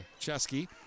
Chesky